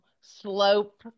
slope